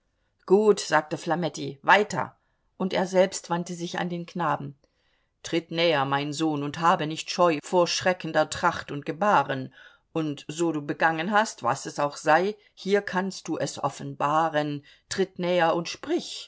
gut sagte flametti weiter und er selbst wandte sich an den knaben tritt näher mein sohn und habe nicht scheu vor schreckender tracht und gebahren und so du begangen hast was es auch sei hier kannst du es offenbaren tritt näher und sprich